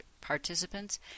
participants